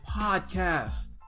Podcast